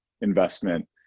investment